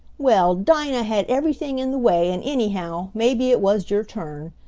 well, dinah had everything in the way and anyhow, maybe it was your turn.